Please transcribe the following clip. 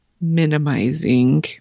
minimizing